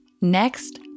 Next